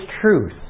truth